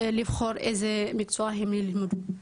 לבחור איזה מקצוע הם ילמדו,